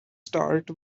start